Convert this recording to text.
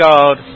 God